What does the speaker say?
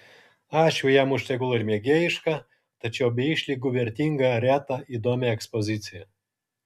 ačiū jam už tegul ir mėgėjišką tačiau be išlygų vertingą retą įdomią ekspoziciją